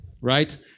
Right